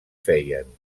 feien